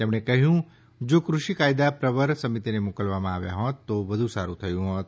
તેમણે કહ્યું જો કૃષિ કાયદા પ્રવર સમિતિને મોકલવામાં આવ્યા હોત તો વધુ સારું થયું હોત